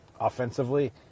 offensively